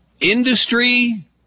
industry